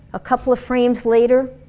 a couple of frames later,